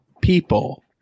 people